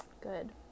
Good